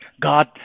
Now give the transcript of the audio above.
God